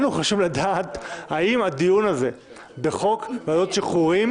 לנו חשוב לדעת אם הדיון הזה בחוק ועדות שחרורים